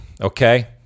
okay